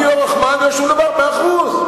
אני לא רחמן ולא שום דבר, מאה אחוז.